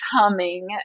humming